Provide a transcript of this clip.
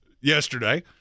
yesterday